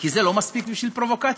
כי זה לא מספיק בשביל פרובוקציה.